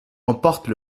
emportent